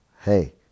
hey